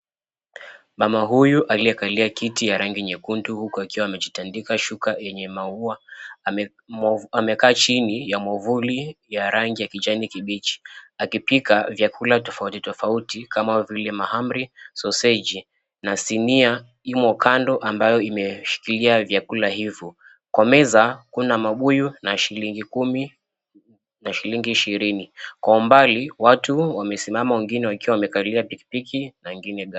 Mama huyu aliyekalia kiti ya rangi nyekundu huku akiwa amejitandika shuka yenye maua amekaa chini ya mwavuli ya rangi ya kijani kibichi akipika vyakula tofauti tofauti kama vile mahamri soseji na sinia imo kando ambayo imeshikilia vyakula hivo. Kwa meza kuna mabuyu na shilingi kumi na shilingi ishirini. Kwa umbali watu wamesimama wengine wakiwa wamekalia pikipiki na wengine gari.